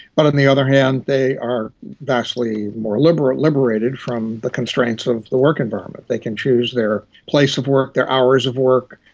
but on the other hand they are vastly more liberated liberated from the constraints of the work environment. they can choose their place of work, their hours of work,